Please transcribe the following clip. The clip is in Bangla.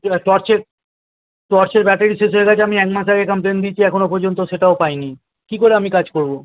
টর্চের টর্চের ব্যাটারি শেষ হয়ে গেছে আমি এক মাস আগে কমপ্লেন দিয়েছি এখনো পর্যন্ত সেটাও পাই নি কী করে আমি কাজ করবো